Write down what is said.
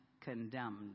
condemned